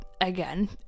again